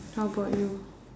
how about you